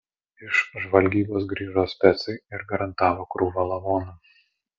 iš žvalgybos grįžo specai ir garantavo krūvą lavonų